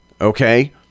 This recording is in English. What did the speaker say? okay